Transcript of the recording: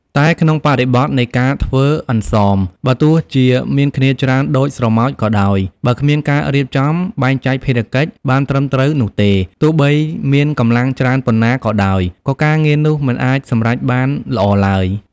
តែក្នុងបរិបទនៃការធ្វើអន្សម បើទោះជាមានគ្នាច្រើនដូចស្រមោចក៏ដោយ បើគ្មានការរៀបចំ បែងចែកភារកិច្ច បានត្រឹមត្រូវនោះទេ ទោះបីមានកម្លាំងច្រើនប៉ុណ្ណាក៏ដោយ ក៏ការងារនោះមិនអាចសម្រេចបានល្អឡើយ។